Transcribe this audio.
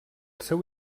seu